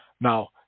Now